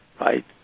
right